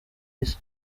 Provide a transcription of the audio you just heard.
isi